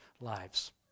lives